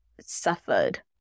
suffered